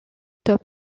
top